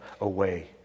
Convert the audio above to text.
away